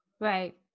right